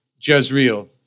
Jezreel